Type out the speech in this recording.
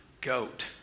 goat